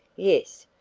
yes,